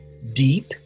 deep